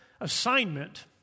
assignment